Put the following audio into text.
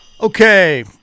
Okay